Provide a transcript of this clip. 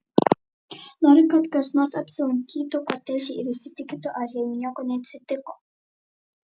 noriu kad kas nors apsilankytų kotedže ir įsitikintų ar jai nieko neatsitiko